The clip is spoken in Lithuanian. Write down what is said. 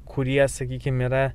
kurie sakykim yra